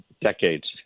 decades